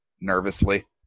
nervously